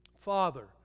father